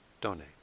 donate